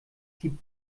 die